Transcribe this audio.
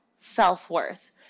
self-worth